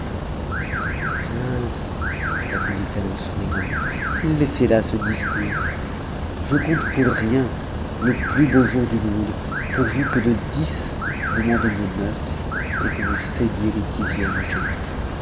me répondit-elle en souriant laissez là ce discours je compte pour rien le plus beau jour du monde pourvu que de dix vous m'en donniez neuf et que vous cédiez le dixième